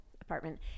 apartment